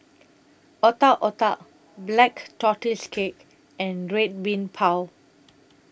Otak Otak Black Tortoise Cake and Red Bean Bao